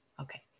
Okay